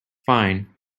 fine